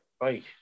Right